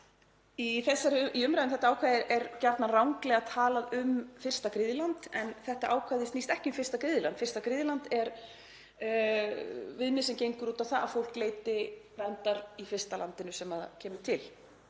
Í umræðu um þetta ákvæði er gjarnan ranglega talað um fyrsta griðland en þetta ákvæði snýst ekki um fyrsta griðland. Fyrsta griðland er viðmið sem gengur út á það að fólk leiti verndar í fyrsta landinu sem það kemur til